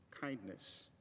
kindness